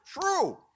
true